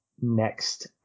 next